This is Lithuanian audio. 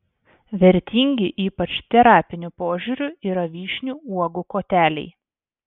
vertingi ypač terapiniu požiūriu yra vyšnių uogų koteliai